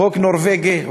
חוק נורבגי,